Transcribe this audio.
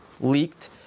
leaked